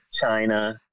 china